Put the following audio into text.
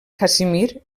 casimir